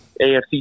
AFC